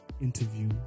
interview